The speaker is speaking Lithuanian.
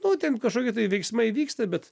nu ten kažkokie tai veiksmai vyksta bet